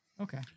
Okay